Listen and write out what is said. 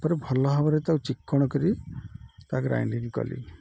ତା'ପରେ ଭଲ ଭାବରେ ତାକୁ ଚିକଣ କରି ତା ଗ୍ରାଇଣ୍ଡିଙ୍ଗ କଲି